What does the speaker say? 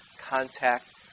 contact